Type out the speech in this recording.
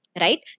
right